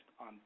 on